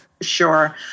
sure